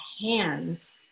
hands